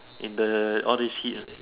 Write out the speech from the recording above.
in the all these heat lah